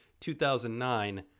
2009